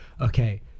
okay